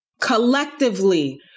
Collectively